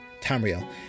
Tamriel